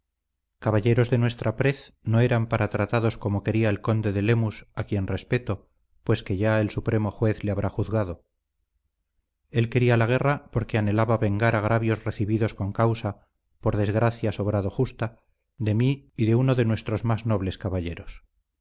caballeros de nuestra prez no eran para tratados como quería el conde de lemus a quien respeto pues que ya el supremo juez le habrá juzgado él quería la guerra porque anhelaba vengar agravios recibidos con causa por desgracia sobrado justa de mí y de uno de nuestros más nobles caballeros